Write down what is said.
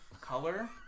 color